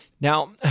Now